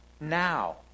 now